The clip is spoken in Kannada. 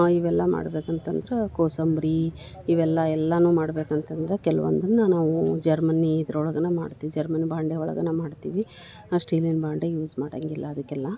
ಇವೆಲ್ಲ ಮಾಡ್ಬೇಕು ಅಂತಂದ್ರೆ ಕೋಸಂಬರಿ ಇವೆಲ್ಲ ಎಲ್ಲನೂ ಮಾಡ್ಬೇಕು ಅಂತಂದ್ರೆ ಕೆಲ್ವೊಂದನ್ನು ನಾವೂ ಜರ್ಮನೀ ಇದ್ರೊಳ್ಗೇನೆ ಮಾಡ್ತೀವಿ ಜರ್ಮನಿ ಬಾಂಡೆ ಒಳ್ಗೇನೆ ಮಾಡ್ತೀವಿ ಸ್ಟೀಲಿಂದು ಬಾಂಡೆ ಯೂಸ್ ಮಾಡೋಂಗಿಲ್ಲ ಅದಕ್ಕೆ ಎಲ್ಲ